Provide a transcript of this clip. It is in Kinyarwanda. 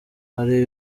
hari